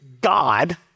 God